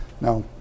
Now